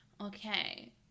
Okay